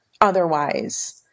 otherwise